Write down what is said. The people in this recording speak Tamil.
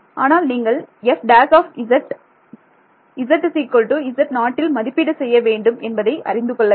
ஆனால் நீங்கள் f′ z z0 ல் மதிப்பீடு செய்ய வேண்டும் என்பதை அறிந்து கொள்ள வேண்டும்